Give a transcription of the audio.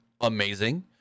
amazing